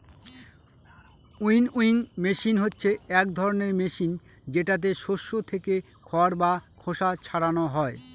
winnowing machine হচ্ছে এক ধরনের মেশিন যেটাতে শস্য থেকে খড় বা খোসা ছারানো হয়